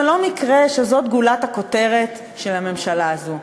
זה לא מקרה שזאת גולת הכותרת של הממשלה הזאת,